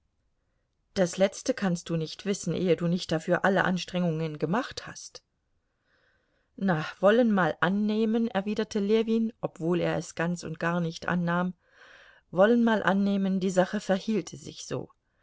das letzte kannst du nicht wissen ehe du nicht dafür alle anstrengungen gemacht hast na wollen mal annehmen erwiderte ljewin obwohl er es ganz und gar nicht annahm wollen mal annehmen die sache verhielte sich so